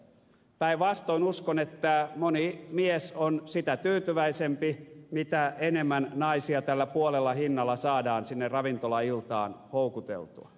päinvastoin uskon että moni mies on sitä tyytyväisempi mitä enemmän naisia tällä puolella hinnalla saadaan sinne ravintolailtaan houkuteltua